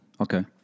Okay